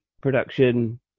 production